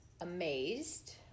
Amazed